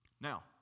Now